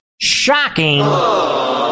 Shocking